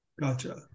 Gotcha